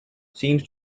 seems